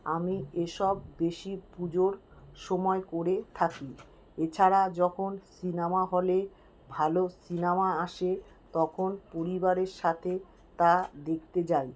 আমি এসব বেশি পুজোর সময় করে থাকি এছাড়া যখন সিনেমা হলে ভালো সিনেমা আসে তখন পরিবারের সাথে তা দেখতে যাই